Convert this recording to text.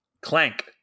Clank